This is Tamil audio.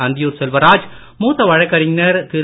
அந்தியூர் செல்வராஜ் மூத்த வழக்கறிஞர் திரு